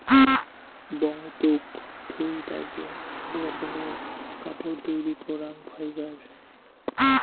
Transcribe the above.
বঙ্গতুক থুই পাইচুঙ আক রকমের কাপড় তৈরী করাং ফাইবার